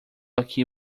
aqui